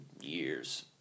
years